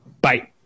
bye